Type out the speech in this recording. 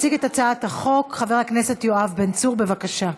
יציג את הצעת החוק חבר הכנסת יואב בן צור, בבקשה.